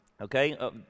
okay